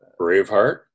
Braveheart